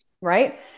right